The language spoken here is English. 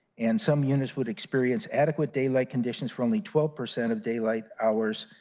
and some units would experience adequate daylight conditions for only twelve percent of daylight hours,